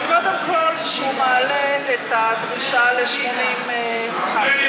קודם כול, שהוא מעלה את הדרישה ל-80 ח"כים.